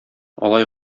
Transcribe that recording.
алай